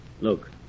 Look